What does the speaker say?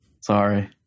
sorry